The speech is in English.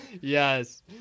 Yes